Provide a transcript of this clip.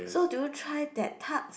so do you try that tarts